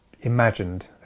imagined